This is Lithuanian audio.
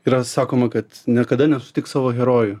yra sakoma kad niekada nesutik savo herojų